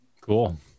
cool